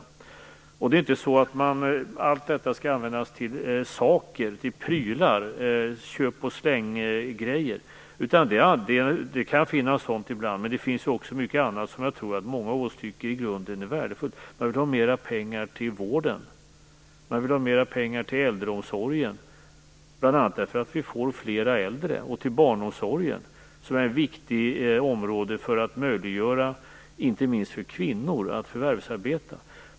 Alla dessa pengar skall ju inte användas till saker eller prylar och köp-och-släng-grejer. Det kan vara så ibland, men det finns också mycket annat som jag tror att många av oss tycker är i grunden värdefullt. Vi vill t.ex. ha mer pengar till vården, till äldreomsorgen - bl.a. därför att vi får fler äldre - och till barnomsorgen som är ett viktigt område för att möjliggöra inte minst för kvinnor att förvärvsarbeta.